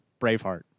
Braveheart